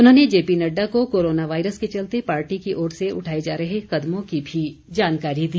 उन्होंने जे पी नड्डा को coronavirus के चलते पार्टी की ओर से उठाए जा रहे कदमों की भी जानकारी दी